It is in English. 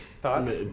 Thoughts